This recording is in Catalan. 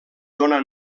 dóna